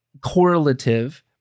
correlative